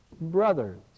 brothers